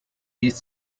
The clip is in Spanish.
east